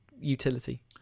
utility